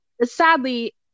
Sadly